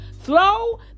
Throw